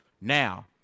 Now